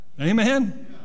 Amen